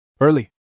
Early